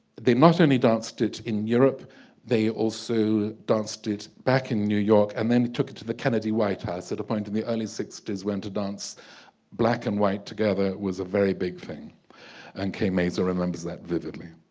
they not only danced it in europe they also danced it back in new york and then he took it to the kennedy white house at a point in the early sixties when to dance black and white together was a very big thing and kay mazzo remembers that vividly.